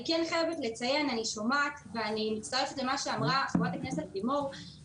אני מצטרפת למה שאמרה חברת הכנסת לימור מגן תלם,